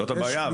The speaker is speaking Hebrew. זאת הבעיה.